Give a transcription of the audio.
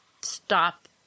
stop